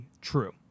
true